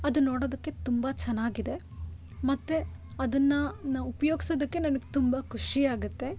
ಅದು ನೋಡೋದಕ್ಕೆ ತುಂಬ ಚೆನ್ನಾಗಿ ಇದೆ ಮತ್ತು ಅದನ್ನು ನಾವು ಉಪ್ಯೋಗ್ಸೋದಕ್ಕೆ ನನಗೆ ತುಂಬ ಖುಷಿಯಾಗತ್ತೆ